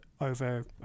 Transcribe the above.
over